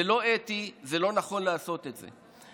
זה לא אתי, זה לא נכון לעשות את זה כך.